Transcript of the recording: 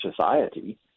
society